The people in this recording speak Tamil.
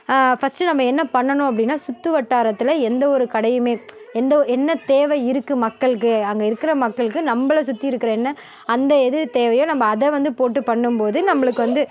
ஃபர்ஸ்ட்டு நம்ப என்ன பண்ணனும் அப்படின்னா சுற்று வட்டாரத்தில் எந்த ஒரு கடையுமே எந்த ஓ என்ன தேவை இருக்கு மக்களுக்கு அங்க இருக்கிற மக்களுக்கு நம்பளை சுற்றி இருக்கிற என்ன அந்த எது தேவையோ நம்ப அதை வந்து போட்டு பண்ணும்போது நம்பளுக்கு வந்து